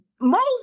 Moses